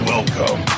Welcome